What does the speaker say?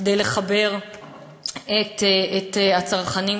כדי לחבר את הצרכנים,